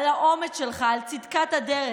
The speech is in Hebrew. על האומץ שלך, על צדקת הדרך,